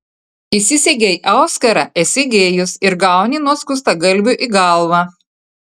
įsisegei auskarą esi gėjus ir gauni nuo skustagalvių į galvą